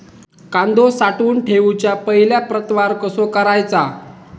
कांदो साठवून ठेवुच्या पहिला प्रतवार कसो करायचा?